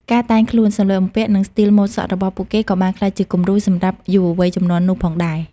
ការតែងខ្លួន សម្លៀកបំពាក់ និងស្ទីលម៉ូដសក់របស់ពួកគេក៏បានក្លាយជាគំរូសម្រាប់យុវវ័យជំនាន់នោះផងដែរ។